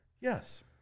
Yes